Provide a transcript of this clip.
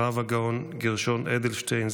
הרב הגאון גרשון אדלשטיין,